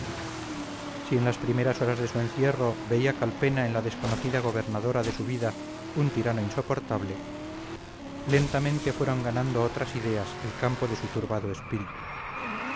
si en las primeras horas de su encierro veía calpena en la desconocida gobernadora de su vida un tirano insoportable lentamente fueron ganando otras ideas el campo de su turbado espíritu